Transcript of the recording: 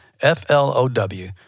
F-L-O-W